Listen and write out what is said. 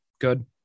Good